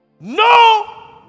No